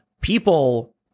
People